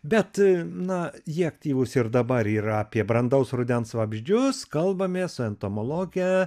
bet na jie aktyvūs ir dabar yra apie brandaus rudens vabzdžius kalbamės su entomologę